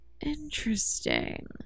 Interesting